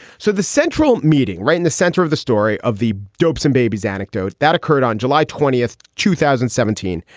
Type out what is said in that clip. so the central meeting right in the center of the story of the dopes and babies anecdote that occurred on july twentieth, two thousand and seventeen.